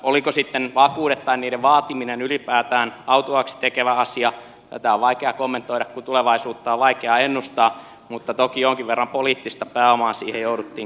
olivatko sitten vakuudet tai niiden vaatiminen ylipäätään autuaaksi tekevä asia tätä on vaikea kommentoida kun tulevaisuutta on vaikea ennustaa mutta toki jonkin verran poliittista pääomaa siihen jouduttiin käyttämään